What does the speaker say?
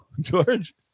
George